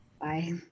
bye